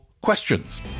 questions